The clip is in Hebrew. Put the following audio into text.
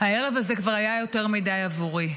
הערב הזה כבר היה יותר מדי עבורי.